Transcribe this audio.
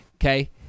Okay